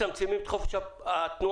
מצמצמים את חופש התנועה.